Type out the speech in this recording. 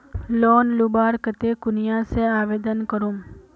Loan लुबार केते कुनियाँ से आवेदन करूम?